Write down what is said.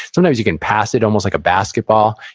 sometimes you can pass it almost like a basketball.